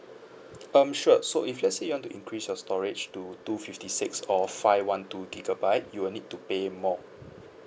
um sure so if let's say you want to increase your storage to two fifty six or five one two gigabyte you will need to pay more